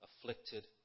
afflicted